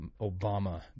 Obama